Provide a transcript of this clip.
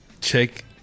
check